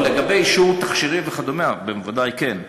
לא, לגבי אישור תכשירים וכדומה, בוודאי כן.